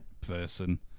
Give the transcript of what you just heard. person